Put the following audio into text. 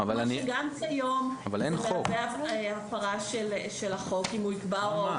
כמו שגם כיום זה מהווה הפרה של החוק אם הוא יקבע הוראות